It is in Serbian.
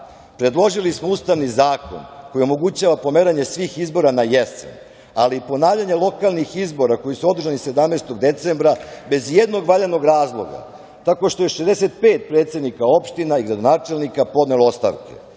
predložili smo ustavni zakon koji omogućava pomeranje svih izbora na jesen, ali ponavljanje lokalnih izbora koji su održani 17. decembra bez ijednog valjanog razloga tako što je 65 predsednika opština i gradonačelnika podnelo ostavke.